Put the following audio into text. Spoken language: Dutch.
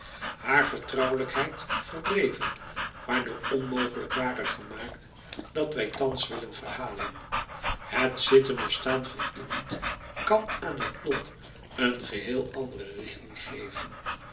haar vertrouwelijkheid verdreven waardoor onmogelijk ware gemaakt wat wij thans willen verhalen het zitten of staan van iemand kan aan het lot een geheel andere richting geven